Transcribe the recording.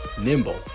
nimble